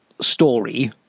story